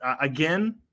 again